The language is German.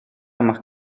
macht